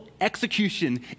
execution